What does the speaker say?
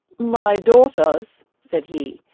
my daughters, said he,